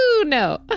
No